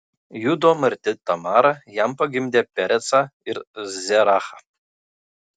judo marti tamara jam pagimdė perecą ir zerachą